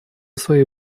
своей